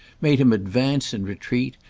made him advance and retreat,